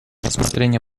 рассмотрения